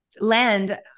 land